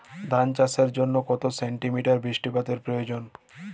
ধান চাষের জন্য কত সেন্টিমিটার বৃষ্টিপাতের প্রয়োজন?